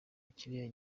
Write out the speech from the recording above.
kiriya